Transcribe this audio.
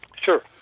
Sure